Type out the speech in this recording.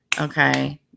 Okay